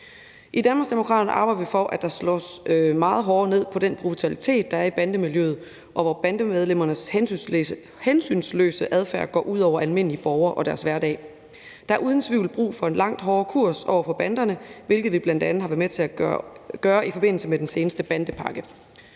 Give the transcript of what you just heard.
arbejder vi for, at der slås meget hårdere ned på den brutalitet, der er i bandemiljøet, hvor bandemedlemmernes hensynsløse adfærd går ud over almindelige borgere og deres hverdag. Der er uden tvivl brug for en langt hårdere kurs over for banderne, hvilket vi bl.a. har været med til at sørge for i forbindelse med den seneste bandepakke.